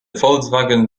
volkswagen